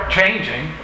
changing